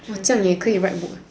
!wah! 这样也可以 write book ah